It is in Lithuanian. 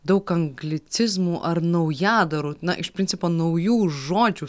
daug anglicizmų ar naujadarų na iš principo naujų žodžių